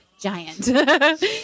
giant